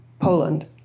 Poland